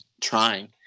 trying